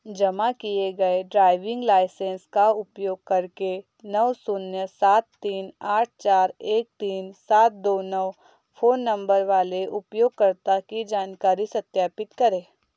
जमा किए गए ड्राइविंग लाइसेन्स का उपयोग करके नौ शून्य सात तीन आठ चार एक तीन सात दो नौ फ़ोन नम्बर वाले उपयोगकर्ता की जानकारी सत्यापित करें